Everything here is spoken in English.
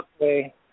Okay